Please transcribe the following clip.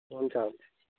हुन्छ हुन्छ